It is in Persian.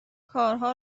کارها